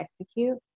execute